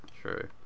true